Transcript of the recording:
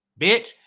bitch